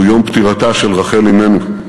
הוא יום פטירתה של רחל אמנו,